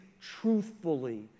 truthfully